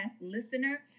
listener